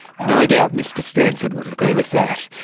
no doubt mr stanford would agree with that.